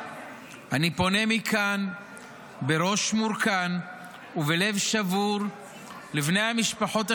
אני פונה מכאן בראש מורכן ובלב שבור לבני המשפחות השכולות.